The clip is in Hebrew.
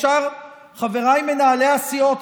חבריי מנהלי הסיעות,